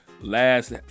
last